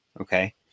Okay